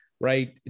right